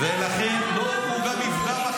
אמסלם, אנחנו לא מחפשים אהבה.